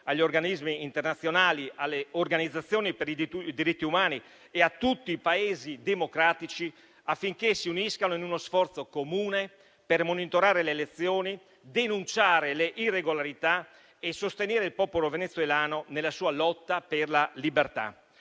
agli organismi internazionali, alle organizzazioni per i diritti umani e a tutti i Paesi democratici affinché si uniscano in uno sforzo comune per monitorare le elezioni, denunciare le irregolarità e sostenere il popolo venezuelano nella sua lotta per la libertà.